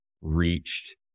reached